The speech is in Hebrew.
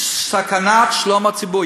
סכנת שלום הציבור.